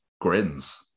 grins